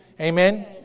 Amen